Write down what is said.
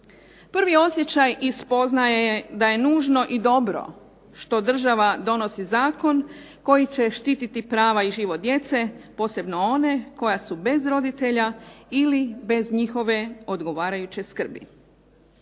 Prvi osjećaj i spoznaje da je nužno i dobro što država donosi zakon koji će štititi prava i život djece, posebno one koja su bez roditelja ili bez njihove odgovarajuće skrbi.